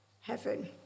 heaven